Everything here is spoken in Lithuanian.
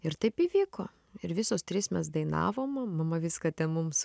ir taip įvyko ir visos trys mes dainavom mama viską ten mums